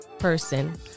Person